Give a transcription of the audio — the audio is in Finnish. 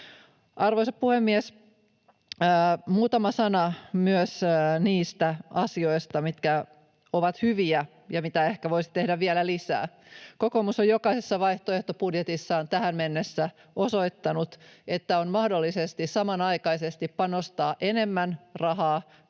Arvoisa puhemies! Muutama sana myös niistä asioista, mitkä ovat hyviä ja mitä ehkä voisi tehdä vielä lisää. Kokoomus on jokaisessa vaihtoehtobudjetissaan tähän mennessä osoittanut, että on mahdollista samanaikaisesti panostaa enemmän rahaa